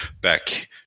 back